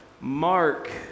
Mark